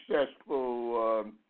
successful